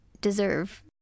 deserve